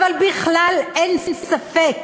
אבל בכלל אין ספק,